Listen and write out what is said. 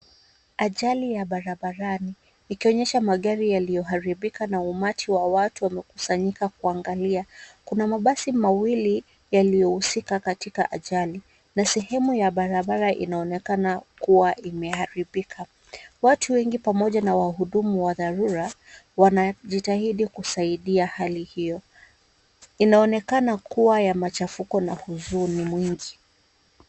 Ajali ya barabarani, ikionyesha magari yaliyoharibika na umati wa watu wamekusanyika kuangalia. Kuna mabasi mawili yaliyohusika katika ajali na sehemu ya barabara inaonekana kuwa imeharibika. Watu wengi pamoja na wahudumu wa dharura wanajitahidi kusaidia hali hiyo. Inaonekana kuwa ya machafuko na huzuni mwingi.